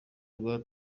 rwa